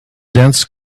dense